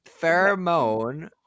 Pheromone